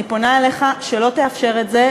אני פונה אליך שלא תאפשר את זה.